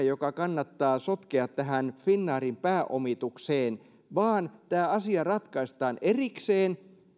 joka kannattaa sotkea tähän finnairin pääomitukseen vaan tämä asia ratkaistaan erikseen